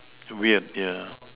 weird yeah